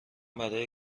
برای